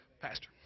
Pastor